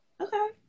Okay